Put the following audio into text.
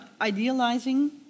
idealizing